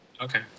Okay